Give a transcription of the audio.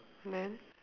then